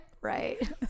right